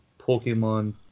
Pokemon